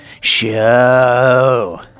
show